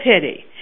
pity